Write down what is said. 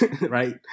right